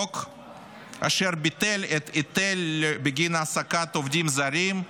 אשר ביטל את ההיטל בגין העסקת עובדים זרים,